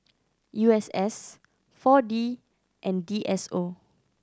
U S S Four D and D S O